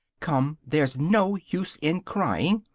come! there's no use in crying!